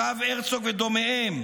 הרב הרצוג ודומיהם.